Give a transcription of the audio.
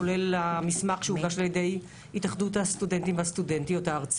כולל המסמך שהוגש על-ישי התאחדות הסטודנטים הארצית.